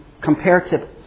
comparative